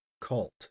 cult